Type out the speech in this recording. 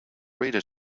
reader